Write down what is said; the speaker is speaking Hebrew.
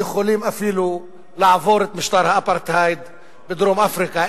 יכולים אפילו לעבור את משטר האפרטהייד בדרום-אפריקה,